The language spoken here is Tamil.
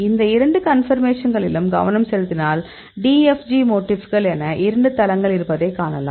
இந்த இரண்டு கன்பர்மேஷன்களிலும் கவனம் செலுத்தினால் DFG மோட்டிஃப்கள் என இரண்டு தளங்கள் இருப்பதை காணலாம்